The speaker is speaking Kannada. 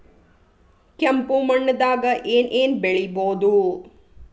ಕೆಂಪು ಮಣ್ಣದಾಗ ಏನ್ ಏನ್ ಬೆಳಿಬೊದು?